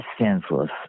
senseless